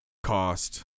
cost